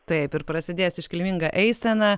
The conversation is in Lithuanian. taip ir prasidės iškilminga eisena